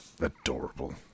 Adorable